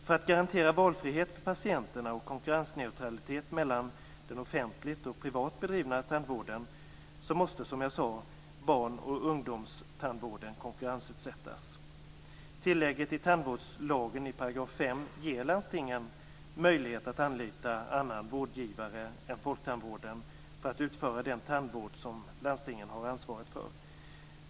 För att garantera valfrihet för patienterna och konkurrensneutralitet mellan den offentligt och privat bedrivna tandvården måste, som jag sagt, barn och ungdomstandvården konkurrensutsättas. Tillägget i § 5 tandvårdslagen ger landstingen möjlighet att anlita annan vårdgivare än folktandvården för att utföra den tandvård som landstingen har ansvaret för.